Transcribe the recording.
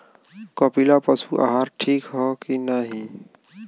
कपिला पशु आहार ठीक ह कि नाही?